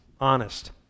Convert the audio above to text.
honest